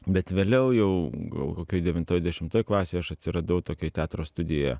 bet vėliau jau gal kokioj devintoj dešimtoj klasėj aš atsiradau tokioj teatro studijoje